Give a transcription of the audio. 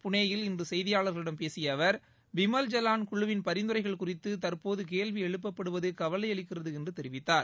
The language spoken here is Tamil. புனேயில் இன்று செய்தியாளர்களிடம் பேசிய அவர் பிமல் ஜலான் குழுவின் பரிந்துரைகள் குறித்து தற்போது கேள்வி எழுப்பப்படுவது கவலையளிக்கிறது என்று தெரிவித்தார்